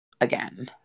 again